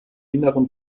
inneren